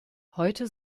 heute